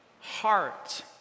heart